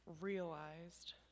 realized